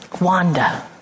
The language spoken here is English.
Wanda